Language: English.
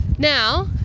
Now